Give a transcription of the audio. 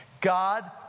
God